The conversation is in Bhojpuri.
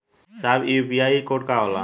साहब इ यू.पी.आई कोड का होला?